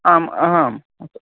आम् अहम्